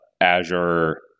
Azure